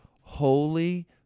holy